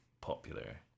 popular